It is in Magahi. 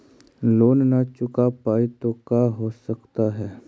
लोन न चुका पाई तो का हो सकता है?